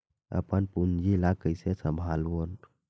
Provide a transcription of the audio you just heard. अपन पूंजी ला कइसे संभालबोन?